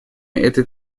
этой